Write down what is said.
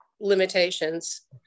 limitations